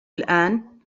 الآن